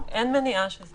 אין מניעה שזה יהיה רשום.